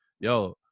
yo